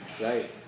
right